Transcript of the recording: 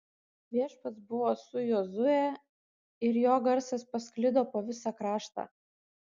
viešpats buvo su jozue ir jo garsas pasklido po visą kraštą